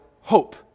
hope